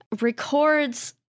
records